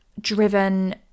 driven